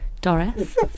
Doris